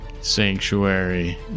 Sanctuary